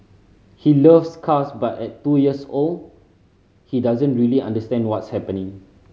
he loves cars but at two years old he doesn't really understand what's happening